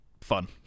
fun